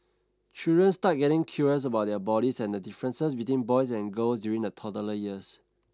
children start getting curious about their bodies and the differences between boys and girls during the toddler years